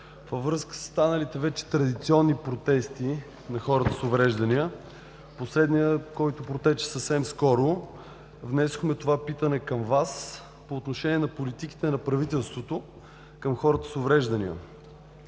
Във връзка със станалите вече традиционни протести на хората с увреждания и последният, който протече съвсем скоро, внесохме това питане към Вас по отношение на политиките на правителството към хората с увреждания.